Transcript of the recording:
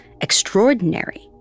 extraordinary